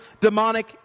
demonic